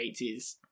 80s